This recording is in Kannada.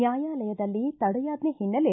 ನ್ವಾಯಾಲಯದಲ್ಲಿ ತಡೆಯಾಜ್ಜೆ ಹಿನ್ನೆಲೆ